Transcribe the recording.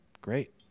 Great